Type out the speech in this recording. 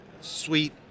sweet